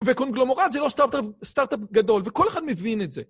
וקונגלומורד זה לא סטארט-אפ גדול, וכל אחד מבין את זה.